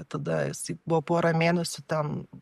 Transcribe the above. tada jisai buvo porą mėnesių ten